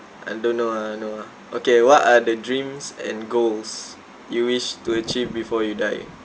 I don't know ah no ah okay what are the dreams and goals you wish to achieve before you die